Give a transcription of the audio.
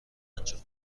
انجام